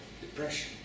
depression